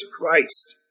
Christ